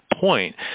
point